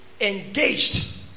engaged